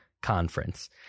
Conference